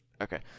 Okay